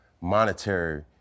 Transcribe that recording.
monetary